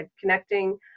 connecting